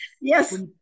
Yes